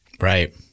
Right